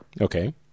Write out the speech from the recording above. Okay